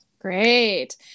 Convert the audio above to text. great